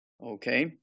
Okay